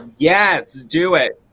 yes do it.